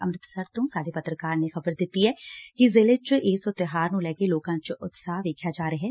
ਅੰਮ਼ਿਤਸਰ ਤੋਂ ਸਾਡੇ ਪੱਤਰਕਾਰ ਨੇ ਖ਼ਬਰ ਦਿੱਤੀ ਐ ਕਿ ਜ਼ਿਲੇ ਚ ਇਸ ਤਿਉਹਾਰ ਨੂੰ ਲੈ ਕੇ ਲੋਕਾਂ ਚ ਉਤਸ਼ਾਹ ਵੇਖਿਆ ਜਾ ਰਿਹੈ